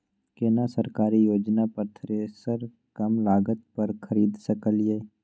केना सरकारी योजना पर थ्रेसर कम लागत पर खरीद सकलिए?